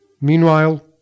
Meanwhile